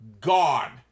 gone